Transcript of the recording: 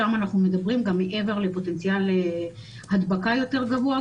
שם אנחנו מדברים גם מעבר לפוטנציאל הדבקה יותר גרוע,